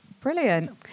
Brilliant